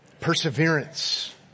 perseverance